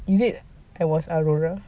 is it I was aurora